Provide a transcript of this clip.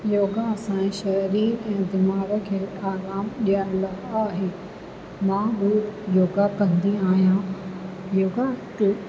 योगा असां जे शरीरु ऐं दिमाग़ खे आरामु ॾियण लाइ आहे मां हू योगा कंदी आहियां योगा खे